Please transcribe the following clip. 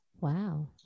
Wow